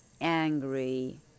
angry